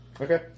Okay